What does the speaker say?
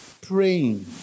praying